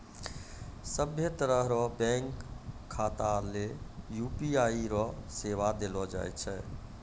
सभ्भे तरह रो बैंक खाता ले यू.पी.आई रो सेवा देलो जाय छै